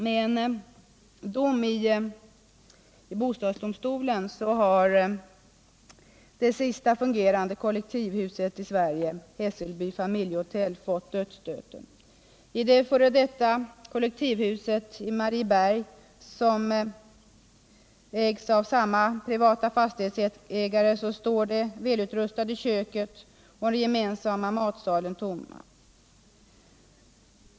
Med en dom i bostadsdomstolen har det sista fungerande kollektivhuset i Sverige, Hässelby familjehotell, fått dödsstöten. I det f. d. kollektivhuset i Marieberg, som ägs av samma privata fastighetsägare, står det välutrustade köket och den gemensamma matsalen tomma.